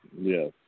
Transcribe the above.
Yes